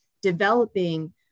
developing